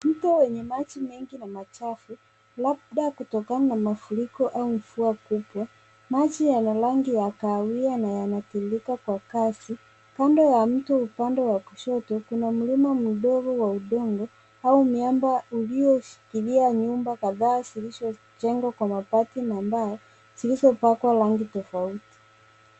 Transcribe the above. Mto wenye maji mengi na machafu, labda kutokana na mafuriko au mvua kubwa, maji yana rangi ya kahawia na yanatunduka kwa kasi. Kando ya mto upando wa kushoto, kuna mlima mdogo wa udongo, au miamba ulioshikilia shikilia nyumba kubwa zilizo jengwa kwa mabati na mbao, zilizopakwa rangi tofauti.